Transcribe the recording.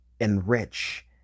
enrich